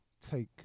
take